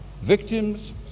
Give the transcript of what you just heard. Victims